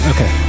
Okay